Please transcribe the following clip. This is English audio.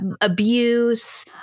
abuse